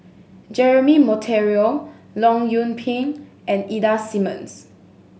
Jeremy Monteiro Leong Yoon Pin and Ida Simmons